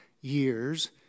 years